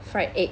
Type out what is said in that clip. fried egg